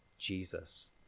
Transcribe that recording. jesus